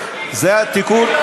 זה התיקון,